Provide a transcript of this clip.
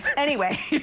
anyway